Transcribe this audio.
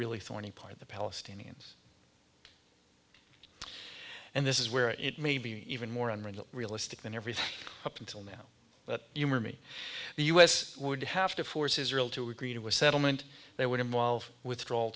really thorny part of the palestinians and this is where it may be even more unreal realistic than everything up until now but you me the u s would have to force israel to agree to a settlement there would involve withdrawal